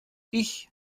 ich